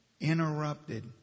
interrupted